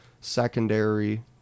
secondary-